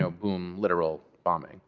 so boom, literal bombing.